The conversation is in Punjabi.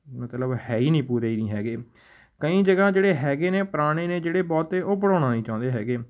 ਮਤਲਬ ਹੈ ਹੀ ਨਹੀਂ ਪੂਰੇ ਨਹੀਂ ਹੈਗੇ ਕਈ ਜਗ੍ਹਾ ਜਿਹੜੇ ਹੈਗੇ ਨੇ ਪੁਰਾਣੇ ਨੇ ਜਿਹੜੇ ਬਹੁਤੇ ਉਹ ਪੜ੍ਹਾਉਣਾ ਨਹੀਂ ਚਾਹੁੰਦੇ ਹੈਗੇ